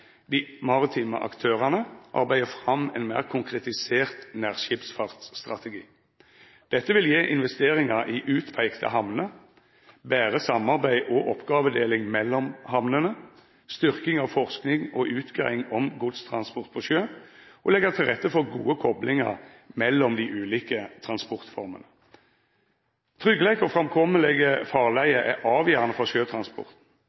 dei maritime aktørane arbeidar fram ein meir konkretisert nærskipsfartsstrategi. Dette vil gje investeringar i utpeikte hamner, betre samarbeid og oppgåvedeling mellom hamnene, styrking av forsking og utgreiing om godstransport på sjø, og leggja til rette for gode koplingar mellom dei ulike transportformene. Tryggleik og